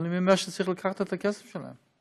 אבל מי אומר שצריך לקחת את הכסף שלהם?